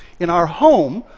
in our home,